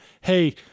Hey